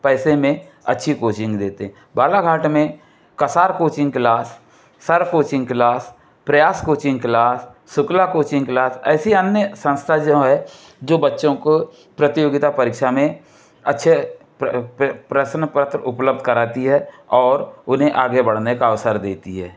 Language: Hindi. पैसे में अच्छी कोचिंग देते हैं बालाघाट में कसार कोचिंग क्लास सर्फ coaching class Prayas coaching class Shukla coaching class ऐसी अन्य संस्था जो है जो बच्चों को प्रतियोगिता परीक्षा में अच्छे प्रश्न पत्र उपलब्ध कराती है और उन्हें आगे बढ़ने का अवसर देती है